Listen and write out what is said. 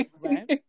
Right